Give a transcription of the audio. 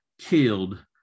killed